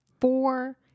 four